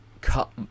cut